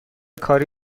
کاری